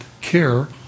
care